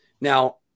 Now